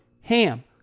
HAM